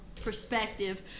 perspective